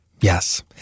Yes